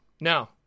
No